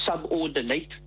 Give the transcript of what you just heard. subordinate